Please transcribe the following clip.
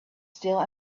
still